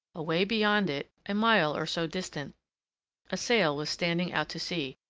away beyond it, a mile or so distant, a sail was standing out to sea.